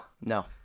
No